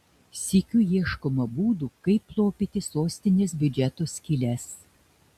sykiu ieškoma būdų kaip lopyti sostinės biudžeto skyles